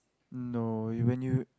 no you when you